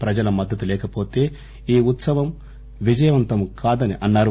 ప్రజల మద్దతు లేకవోతే ఈ ఉత్పవం విజయవంతం కాదన్నారు